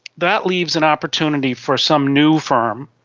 that leaves an opportunity for some new firm,